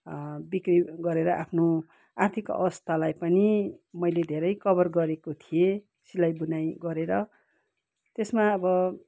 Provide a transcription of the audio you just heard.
बिक्री गरेर आफ्नो आर्थिक अवस्थालाई पनि मैले धेरै कभर गरेको थिएँ सिलाइ बुनाइ गरेर त्यसमा अब